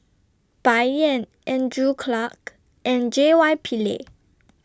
Bai Yan Andrew Clarke and J Y Pillay